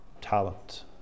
talent